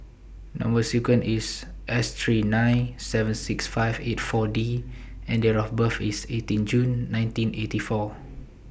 Number sequence IS S three nine seven six five eight four D and Date of birth IS eighteen June nineteen eighty four